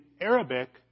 Arabic